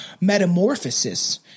metamorphosis